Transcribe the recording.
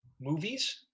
movies